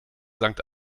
sankt